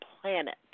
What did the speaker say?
planet